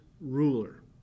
ruler